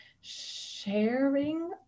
sharing